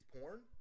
Porn